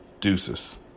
deuces